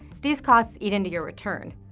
these costs eat into your return.